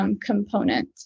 component